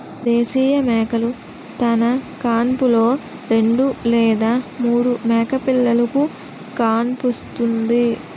దేశీయ మేకలు తన కాన్పులో రెండు లేదా మూడు మేకపిల్లలుకు కాన్పుస్తుంది